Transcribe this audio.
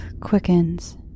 quickens